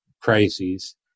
crises